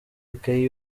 ikayi